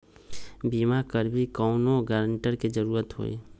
बिमा करबी कैउनो गारंटर की जरूरत होई?